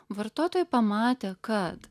vartotojai pamatę kad